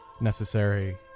necessary